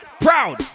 Proud